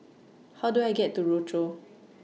How Do I get to Rochor